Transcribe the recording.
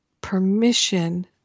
permission